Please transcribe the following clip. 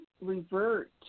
revert